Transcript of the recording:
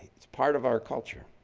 it's part of our culture.